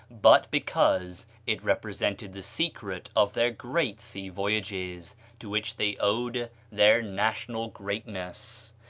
but because it represented the secret of their great sea-voyages, to which they owed their national greatness.